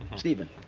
stephen.